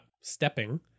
stepping